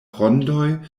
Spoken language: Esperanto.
rondoj